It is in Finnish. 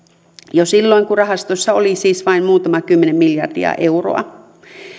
jo silloin kun rahastoissa oli siis vain muutama kymmenen miljardia euroa